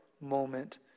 moment